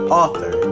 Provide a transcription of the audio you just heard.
author